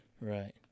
right